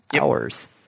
hours